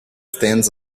stands